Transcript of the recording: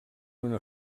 una